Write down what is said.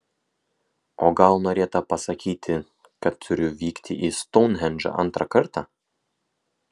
o gal norėta pasakyti kad turiu vykti į stounhendžą antrą kartą